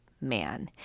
man